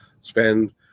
spend